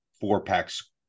four-packs